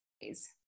days